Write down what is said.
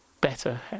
better